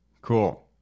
Cool